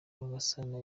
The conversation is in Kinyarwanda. rwagasana